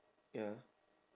ya